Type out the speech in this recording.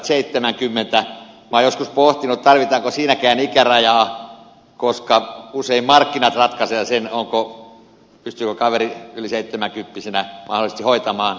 minä olen joskus pohtinut tarvitaanko siinäkään ikärajaa koska usein markkinat ratkaisevat sen pystyykö kaveri yli seitsemänkymppisenä mahdollisesti hoitamaan tilintarkastustehtäviä vai ei